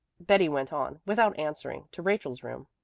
betty went on without answering to rachel's room.